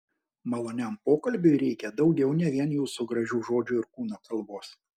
maloniam pokalbiui reikia daugiau ne vien jūsų gražių žodžių ir kūno kalbos